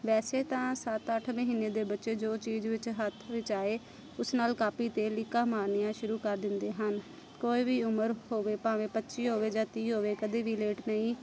ਵੈਸੇ ਤਾਂ ਸੱਤ ਅੱਠ ਮਹੀਨੇ ਦੇ ਬੱਚੇ ਜੋ ਚੀਜ਼ ਵਿੱਚ ਹੱਥ ਵਿੱਚ ਆਏ ਉਸ ਨਾਲ ਕਾਪੀ 'ਤੇ ਲੀਕਾਂ ਮਾਰਨੀਆਂ ਸ਼ੁਰੂ ਕਰ ਦਿੰਦੇ ਹਨ ਕੋਈ ਵੀ ਉਮਰ ਹੋਵੇ ਭਾਵੇਂ ਪੱਚੀ ਹੋਵੇ ਜਾਂ ਤੀਹ ਹੋਵੇ ਕਦੇ ਵੀ ਲੇਟ ਨਹੀਂ